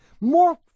more